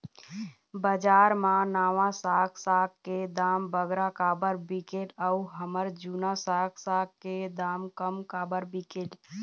बजार मा नावा साग साग के दाम बगरा काबर बिकेल अऊ हमर जूना साग साग के दाम कम काबर बिकेल?